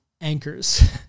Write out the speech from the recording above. anchors